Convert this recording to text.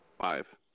five